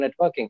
networking